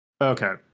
Okay